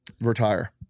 retire